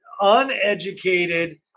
uneducated